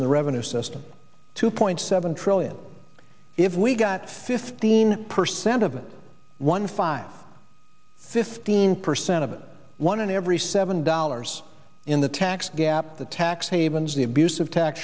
in the revenue system two point seven trillion if we got fifteen percent of it one five fifteen percent of it one in every seven dollars in the tax gap the tax havens the abusive tax